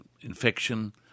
infection